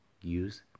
use